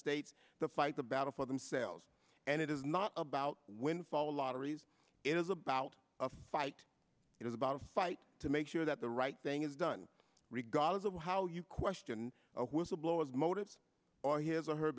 states the fight the battle for themselves and it is not about windfall lotteries it is about a fight it is about a fight to make sure that the right thing is done regardless of how you question whistleblower's motives are his or her